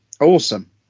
awesome